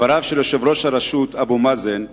דבריו של יושב-ראש הרשות אבו מאזן,